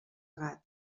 gat